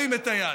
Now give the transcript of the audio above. שירים את היד.